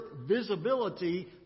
visibility